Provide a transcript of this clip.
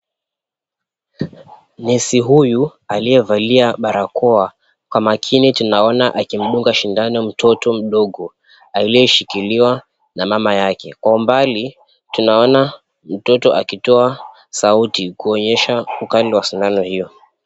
Nesi huyu aliyevalia barakoa. Kwa makini tunaona akimdunga sindano mtoto mdogo. Aliyeshikiliwa na mama yake. Kwa umbali ,tunaona mtoto akitoa sauti. Kuonyesha ukali wa sindano hiyo.